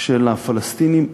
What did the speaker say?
של הפלסטינים.